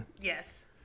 Yes